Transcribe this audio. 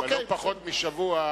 אבל לא פחות משבוע,